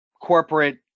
corporate